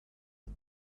had